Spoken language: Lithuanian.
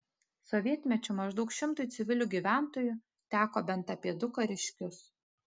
sovietmečiu maždaug šimtui civilių gyventojų teko bent apie du kariškius